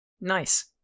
nice